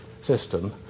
system